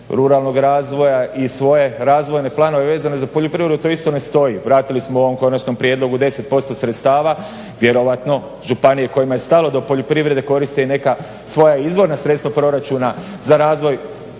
ruralnog razvoja i svoje razvojne planove vezane za poljoprivredu to isto ne stoji, vratili smo vam u konačnom prijedlogu 10% sredstava. Vjerojatno županije kojima je stalo do poljoprivrede koriste i neka svoja izvorna sredstva proračuna za razvoj